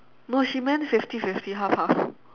no she meant fifty fifty half half